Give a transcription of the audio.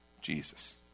Jesus